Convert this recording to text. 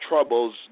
troubles